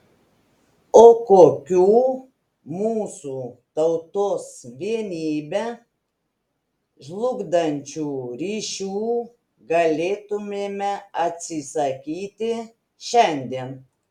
o kokių mūsų tautos vienybę žlugdančių ryšių galėtumėme atsisakyti šiandien